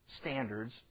standards